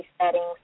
settings